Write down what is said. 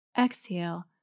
Exhale